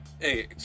hey